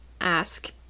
ask